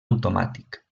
automàtic